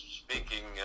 speaking